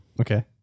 Okay